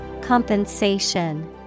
Compensation